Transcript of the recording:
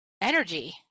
energy